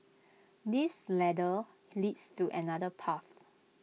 this ladder leads to another path